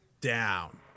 down